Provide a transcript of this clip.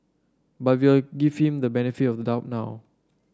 but we'll give him the benefit of the doubt now